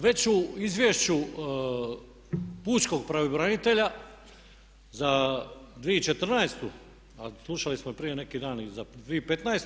Već u izvješću pučkog pravobranitelja za 2014. a slušali smo i prije neki dan i za 2015.